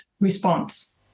response